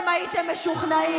עוד לא ראית כלום.